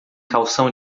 calção